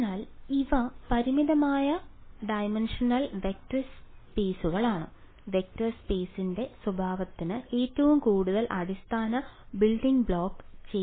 അതിനാൽ ഇവ പരിമിതമായ ഡൈമൻഷണൽ വെക്റ്റർ സ്പെയ്സുകളാണ് വെക്റ്റർ സ്പെയ്സിന്റെ സ്വഭാവത്തിന് ഏറ്റവും കൂടുതൽ അടിസ്ഥാന ബിൽഡിംഗ് ബ്ലോക്ക് ചെയ്യുന്നത് എന്താണ്